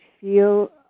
feel